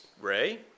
Ray